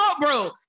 bro